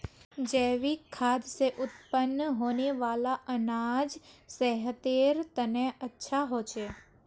जैविक खाद से उत्पन्न होने वाला अनाज सेहतेर तने अच्छा होछे